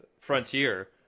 frontier